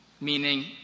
Meaning